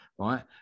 Right